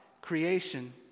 creation